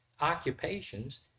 occupations